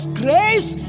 grace